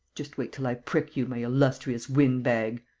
just wait till i prick you, my illustrious windbag!